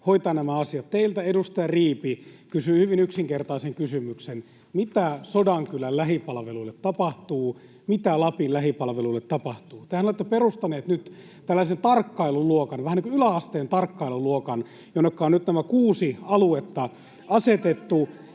hoitaa nämä asiat, teiltä edustaja Riipi kysyi hyvin yksinkertaisen kysymyksen: mitä Sodankylän lähipalveluille tapahtuu, mitä Lapin lähipalveluille tapahtuu? Tehän olette perustaneet nyt tällaisen tarkkailuluokan, vähän niin kuin yläasteen tarkkailuluokan, jonne on nyt nämä kuusi aluetta asetettu,